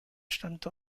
stammte